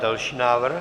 Další návrh.